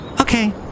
Okay